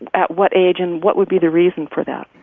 at what age, and what would be the reason for that?